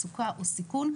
מצוקה או סיכון,